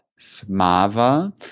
Smava